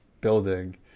building